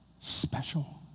special